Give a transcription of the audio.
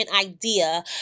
idea